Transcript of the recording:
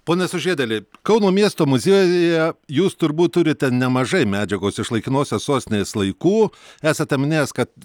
pone sužiedėli kauno miesto muziejuje jūs turbūt turite nemažai medžiagos iš laikinosios sostinės laikų esate minėjęs kad